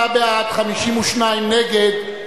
37 בעד, 52 נגד,